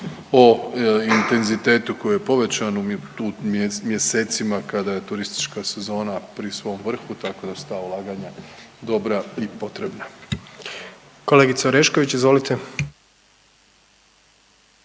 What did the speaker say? o intenzitetu koji je povećan tu mjesecima kada je turistička sezona pri svom vrhu tako da su ta ulaganja dobra i potrebna. **Jandroković, Gordan